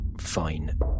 fine